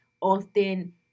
often